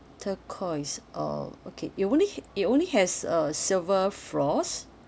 turquoise oh okay it only it only has uh silver frost